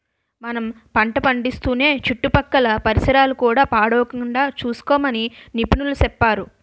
మనం పంట పండిస్తూనే చుట్టుపక్కల పరిసరాలు కూడా పాడవకుండా సూసుకోమని నిపుణులు సెప్పేరు